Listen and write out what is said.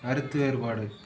கருத்து வேறுபாடு